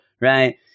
Right